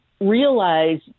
realize